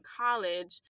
college